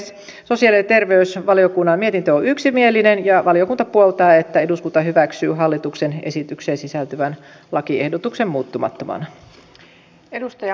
sosiaali ja terveysvaliokunnan mietintö on yksimielinen ja valiokunta puoltaa että eduskunta hyväksyy hallituksen esitykseen sisältyvän lakiehdotuksen muuttumattomana